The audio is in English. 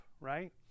right